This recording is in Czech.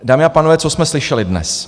Dámy a pánové, co jsme slyšeli dnes?